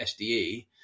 SDE